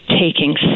taking